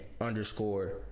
underscore